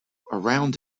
around